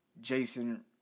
Jason